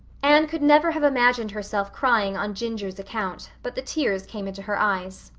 anne could never have imagined herself crying on ginger's account, but the tears came into her eyes.